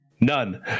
None